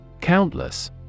Countless